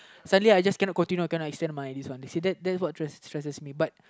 suddenly I just cannot continue cannot extend my this one you see that that that's what stress stresses me